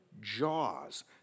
jaws